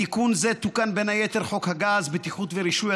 בתיקון זה תוקן בין היתר חוק הגז (בטיחות ורישוי),